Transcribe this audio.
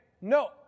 no